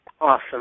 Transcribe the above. Awesome